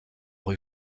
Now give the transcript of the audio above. rue